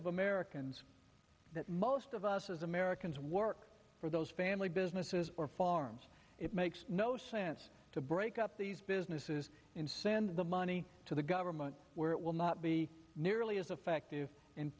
of americans that most of us as americans work for those family businesses or farms it makes no sense to break up these businesses and send the money to the government where it will not be nearly as effective